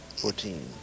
Fourteen